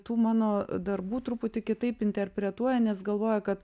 tų mano darbų truputį kitaip interpretuoja nes galvoja kad